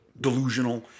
delusional